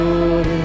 Lord